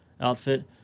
outfit